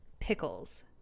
Pickles